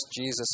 Jesus